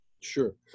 Sure